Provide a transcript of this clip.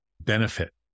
benefit